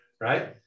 right